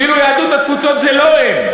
כאילו יהדות התפוצות זה לא הם.